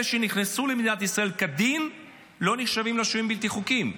אלה שנכנסו למדינת ישראל כדין לא נחשבים לשוהים בלתי חוקיים.